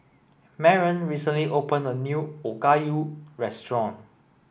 Maren recently opened a new Okayu restaurant